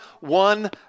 one